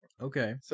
Okay